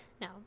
No